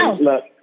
look